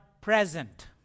present